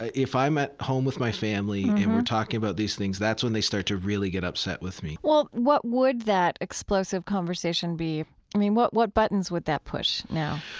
if i'm at home with my family and we're talking about these things, that's when they start to really get upset with me well, what would that explosive conversation be? i mean, what what buttons would that push now?